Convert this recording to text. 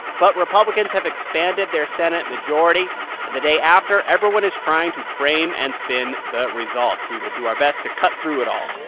but republicans have expanded their senate majority. and the day after, everyone is trying to frame and spin the results. we will do our best to cut through it all.